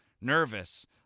nervous